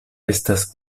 estas